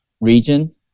region